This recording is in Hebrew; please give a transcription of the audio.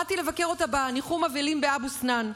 באתי לבקר אותה בניחום האבלים באבו סנאן,